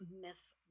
miss